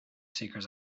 seekers